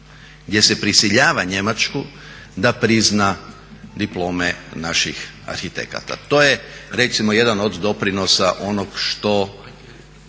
gdje se prisiljava Njemačku da prizna diplome naših arhitekata. To je recimo jedan od doprinosa onog što